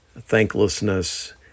thanklessness